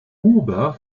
huber